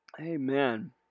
Amen